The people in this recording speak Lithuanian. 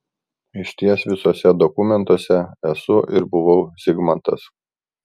išties visuose dokumentuose esu ir buvau zigmantas